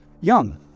Young